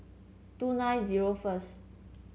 two nine zero first